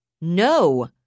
No